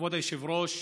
כבוד היושב-ראש,